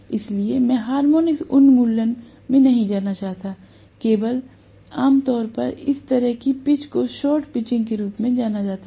इसलिए मैं हार्मोनिक उन्मूलन में नहीं जाना चाहता लेकिन आमतौर पर इस तरह की पिच को शॉर्ट पिचिंग के रूप में जाना जाता है